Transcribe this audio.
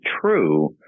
true